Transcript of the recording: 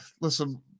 listen